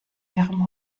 ihrem